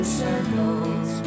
circles